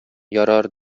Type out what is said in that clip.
ярар